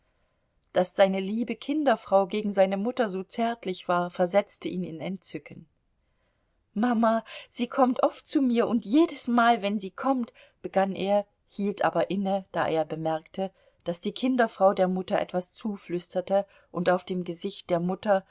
daß seine liebe kinderfrau gegen seine mutter so zärtlich war versetzte ihn in entzücken mama sie kommt oft zu mir und jedesmal wenn sie kommt begann er hielt aber inne da er bemerkte daß die kinderfrau der mutter etwas zuflüsterte und auf dem gesicht der mutter